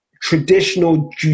traditional